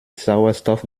sauerstoff